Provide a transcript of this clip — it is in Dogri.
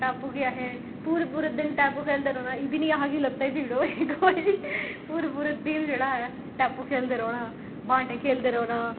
टापू बी आहें पूरा पूरा दिन टापू खेढदे रौह्ना इब्भी नेईं आहें कि लत्तें बी पीड़ होआ दी पूरे पूरे दिन जेह्ड़ा ऐ टापू खेढदे रौह्ना